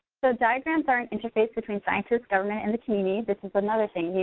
so, diagrams are an interface between scientist, government, and the community. this is another thing,